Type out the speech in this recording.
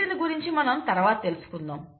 వీటిని గురించి మనం తరువాత తెలుసుకుందాం